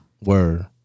Word